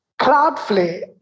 cloudflare